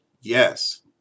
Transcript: yes